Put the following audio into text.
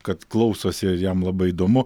kad klausosi ir jam labai įdomu